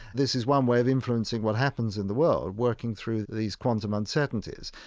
this is one way of influencing what happens in the world, working through these quantum uncertainties.